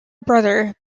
brother